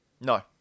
No